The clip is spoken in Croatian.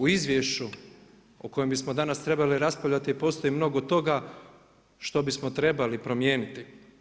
U izvješću o kojem bismo danas trebali raspravljati postoji mnogo tog što bismo trebali promijeniti.